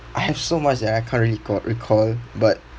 I have so much that I can't really reca~ recall but